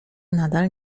nadal